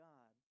God